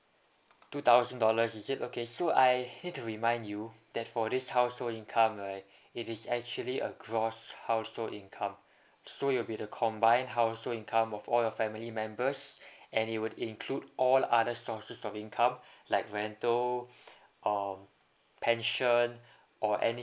two thousand dollars is it okay so I need to remind you that for this household income right it is actually a gross household income so it'll be the combined household income of all your family members and it will include all other sources of income like rental or pension or any